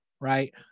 right